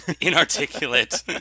inarticulate